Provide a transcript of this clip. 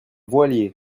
voilier